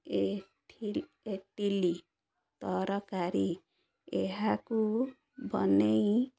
ଏ ଇଟିଲି ତରକାରୀ ଏହାକୁ ବନେଇ